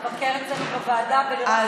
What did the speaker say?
אני מזמינה אותך לבקר אצלנו בוועדה ולראות